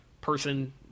person